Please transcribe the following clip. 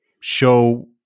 show